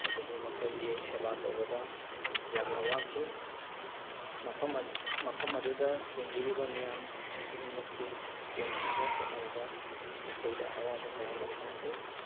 ꯑꯗꯒꯤ ꯃꯈꯣꯏꯒꯤ ꯁꯦꯕꯥ ꯇꯧꯕꯗ ꯌꯥꯝꯅ ꯋꯥꯈꯤ ꯃꯐꯝ ꯃꯐꯝ ꯑꯗꯨꯗ ꯇꯤꯟꯕꯤꯔꯤꯕ ꯃꯤꯌꯥꯝ ꯈꯨꯗꯤꯡꯃꯛꯀꯤ ꯄꯦꯟꯅꯅꯕ ꯍꯣꯠꯅꯕꯗ ꯑꯩꯈꯣꯏꯗ ꯑꯋꯥꯕ ꯀꯌꯥ ꯑꯃ ꯊꯦꯡꯅꯈꯤ